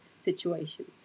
situation